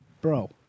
Bro